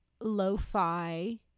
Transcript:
lo-fi